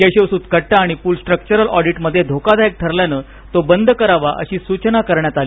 केशवसुत कट्टा आणि पूल स्ट्रक्चरल ऑडिटमध्ये धोकादायक ठरल्यान तो बंद करावा अशी सूचना करण्यात आली